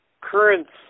currents